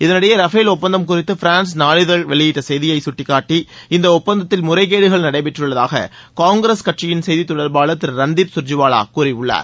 இதனிடையே ரஃபேல் ஒப்பந்தம் குறித்து பிரான்ஸ் நாளிதழ வெளியிட்ட செய்தியை கட்டிகாட்டி இந்த ஒப்பந்தத்தில் முறைகேடுகள் நடைபெற்றுள்ளதாக காங்கிரஸ் கட்சியின் செய்தி தொடர்பாளர் திரு ரன்தீப் கர்ஜிவாலா கூறியுள்ளார்